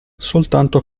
soltanto